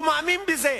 הוא מאמין בזה.